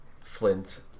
Flint